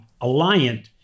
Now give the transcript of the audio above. Alliant